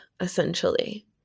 essentially